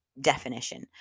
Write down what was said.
definition